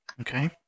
Okay